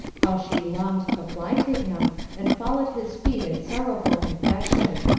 how she longed to fly to him and fall at his feet in sorrowful confession.